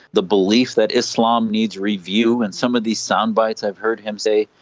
the belief that islam needs review and some of these soundbites i have heard him say,